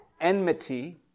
enmity